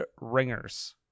Ringers